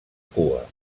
cua